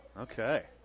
Okay